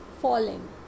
falling